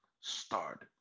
start